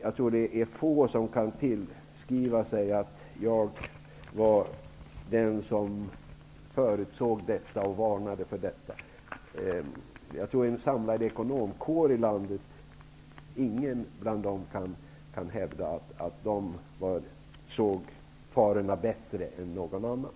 Jag tror att få kan tillskriva sig att de förutsåg detta och varnade för detta. Jag tror att ingen i en samlad ekonomkår i landet kan hävda att han såg farorna bättre än någon annan.